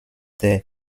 der